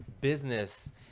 business